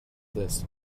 this